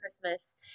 Christmas